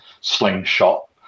Slingshot